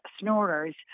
snorers